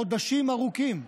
חודשים ארוכים,